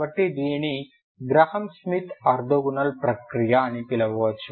కాబట్టి దీనిని Gram Schmidt orthonormal ప్రక్రియ అని పిలవవచ్చు